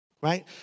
right